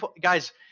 guys